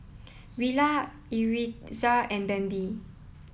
Rilla Yaritza and Bambi